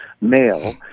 male